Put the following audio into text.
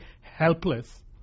helpless